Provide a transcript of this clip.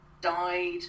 died